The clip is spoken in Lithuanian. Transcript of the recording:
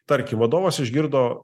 tarkim vadovas išgirdo